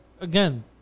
again